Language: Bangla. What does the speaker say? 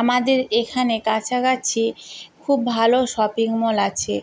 আমাদের এখানে কাছাকাছি খুব ভালো শপিং মল আছে